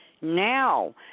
now